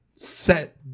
Set